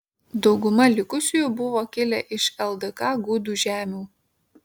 dauguma likusiųjų buvo kilę iš ldk gudų žemių